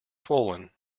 swollen